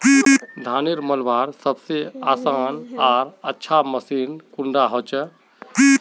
धानेर मलवार सबसे आसान आर अच्छा मशीन कुन डा होचए?